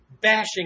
bashing